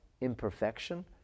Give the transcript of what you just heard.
imperfection